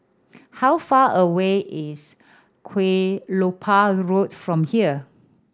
how far away is Kelopak Road from here